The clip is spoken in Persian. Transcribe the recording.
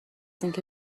اینکه